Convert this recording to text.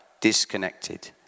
disconnected